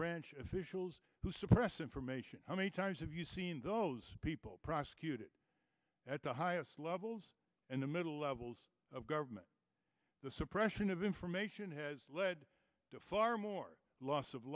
branch officials who suppress information how many times have you seen those people prosecuted at the highest levels in the middle levels of government the suppression of information has led to far more loss of